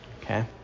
Okay